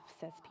says